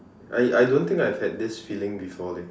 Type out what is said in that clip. I I don't think I have had this feeling before leh